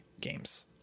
games